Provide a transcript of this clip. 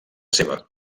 seva